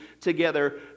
together